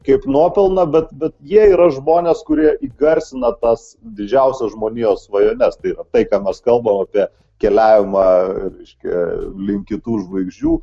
kaip nuopelną bet bet jie yra žmonės kurie įgarsina tas didžiausias žmonijos svajones tai yra ką mes kalbam apie keliavimą reiškia link kitų žvaigždžių